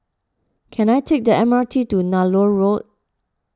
can I take the M R T to Nallur Road